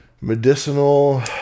medicinal